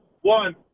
One